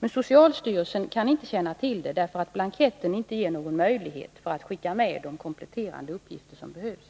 men socialstyrelsen kan inte känna till dem, eftersom blanketterna inte ger någon möjlighet att lämna de kompletterande uppgifter som behövs.